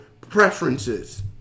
preferences